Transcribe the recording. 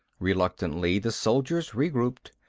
reluctantly, the soldiers regrouped.